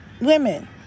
women